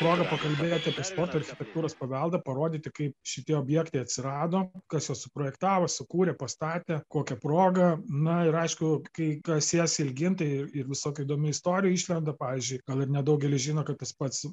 proga pakalbėti apie sportą architektūros paveldą parodyti kaip šitie objektai atsirado kas juos suprojektavo sukūrė pastatė kokia proga na ir aišku kai kasies ilgyn tai ir ir visokių įdomių istorijų išlenda pavyzdžiui gal ir nedaugelis žino kad tas pats